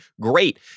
great